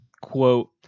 quote